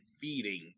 feeding